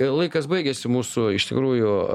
laikas baigėsi mūsų iš tikrųjų